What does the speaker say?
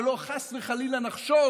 שלא חס וחלילה נחשוב